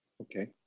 Okay